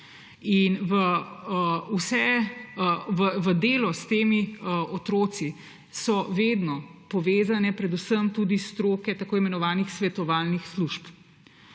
V delo s temi otroki so vedno povezane tudi stroke tako imenovanih svetovalnih služb,